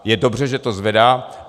Je dobře, že to zvedá.